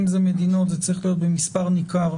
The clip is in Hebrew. אם זה במדינות זה צריך להיות במספר נרחב